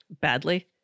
badly